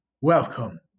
Welcome